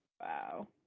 Wow